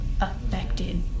affected